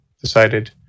decided